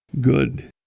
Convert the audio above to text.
Good